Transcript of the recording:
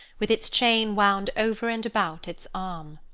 with its chain wound over and about its arm.